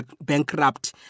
bankrupt